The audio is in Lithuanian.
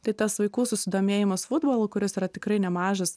tai tas vaikų susidomėjimas futbolu kuris yra tikrai nemažas